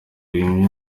bimwe